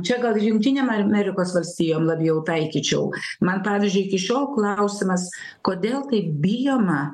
čia gal ir jungtinėm amerikos valstijom labiau taikyčiau man pavyzdžiui iki šiol klausimas kodėl taip bijoma